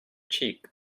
cheek